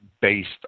based